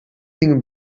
cinc